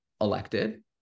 elected